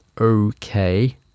Okay